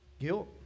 guilt